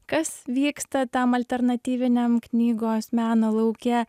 kas vyksta tam alternatyviniam knygos meno lauke